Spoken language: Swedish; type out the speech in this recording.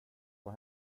vad